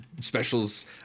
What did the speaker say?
specials